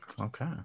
Okay